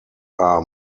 are